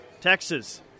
Texas